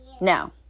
Now